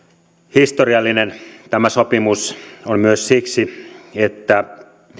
historiallinen tämä sopimus on myös siksi että